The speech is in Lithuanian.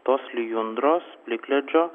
tos lijundros plikledžio